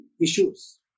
issues